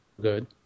good